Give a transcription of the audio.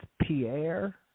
Pierre